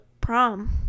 prom